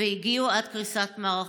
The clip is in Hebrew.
והגיעו עד קריסת מערכות.